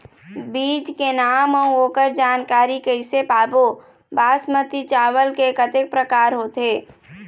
बीज के नाम अऊ ओकर जानकारी कैसे पाबो बासमती चावल के कतेक प्रकार होथे?